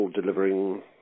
delivering